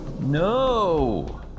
No